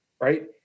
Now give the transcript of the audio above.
Right